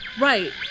right